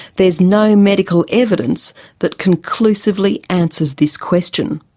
there's no medical evidence that conclusively answers this question.